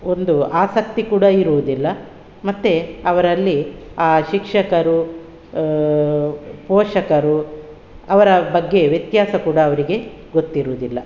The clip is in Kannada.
ಒಂದು ಆಸಕ್ತಿ ಕೂಡ ಇರುವುದಿಲ್ಲ ಮತ್ತೆ ಅವರಲ್ಲಿ ಆ ಶಿಕ್ಷಕರು ಪೋಷಕರು ಅವರ ಬಗ್ಗೆ ವ್ಯತ್ಯಾಸ ಕೂಡ ಅವರಿಗೆ ಗೊತ್ತಿರುವುದಿಲ್ಲ